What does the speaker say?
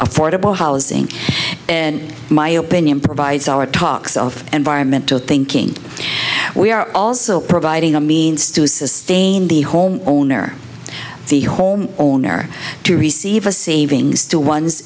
affordable housing in my opinion provides our talks of environmental thinking we are also providing a means to sustain the home owner the home owner to receive a savings to one